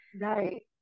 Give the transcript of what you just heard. Right